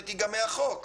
שציטטתי מהחוק.